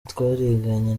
twariganye